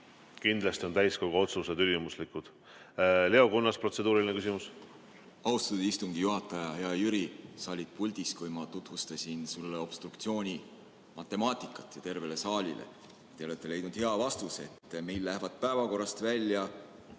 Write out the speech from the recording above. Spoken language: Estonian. Kindlasti on täiskogu otsused ülimuslikud. Leo Kunnas, protseduuriline küsimus. Austatud istungi juhataja, hea Jüri! Sa olid puldis, kui ma tutvustasin sulle obstruktsiooni matemaatikat ja tervele saalile. Te olete leidnud hea vastuse, et meil lähevad päevakorrast välja